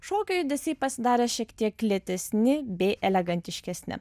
šokio judesiai pasidarė šiek tiek lėtesni bei elegantiškesni